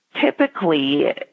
Typically